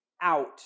out